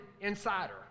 insider